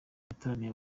yataramiye